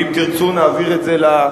נעביר את זה לוועדה,